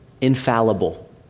Infallible